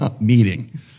meeting